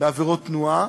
בעבירות תנועה,